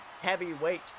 Heavyweight